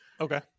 Okay